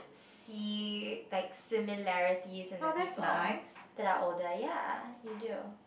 see like similarities in the people that are older ya you do